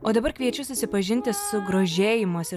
o dabar kviečiu susipažinti su grožėjimosi